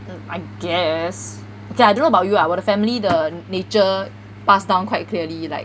I guess okay lah I don't know about you but 我的 family 的 nature pass down quite clearly like